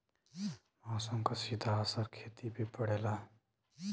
मौसम क सीधा असर खेती पे पड़ेला